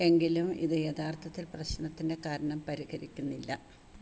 എങ്കിലും ഇത് യഥാർത്ഥത്തിൽ പ്രശ്നത്തിന്റെ കാരണം പരിഹരിക്കുന്നില്ല